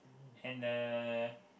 and uh